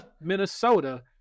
Minnesota